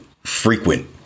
frequent